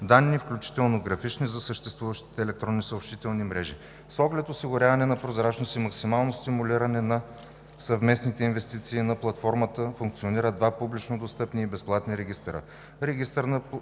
данни, включително графични за съществуващите електронни съобщителни мрежи. С оглед осигуряване на прозрачност и максимално стимулиране на съвместните инвестиции на платформата, функционират два публични и безплатни регистъра